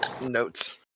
notes